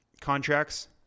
contracts